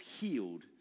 healed